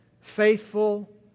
faithful